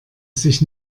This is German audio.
sich